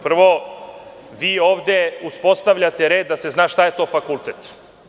Prvo, vi ovde uspostavljate red da se zna šta je to fakultet.